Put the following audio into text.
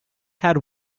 had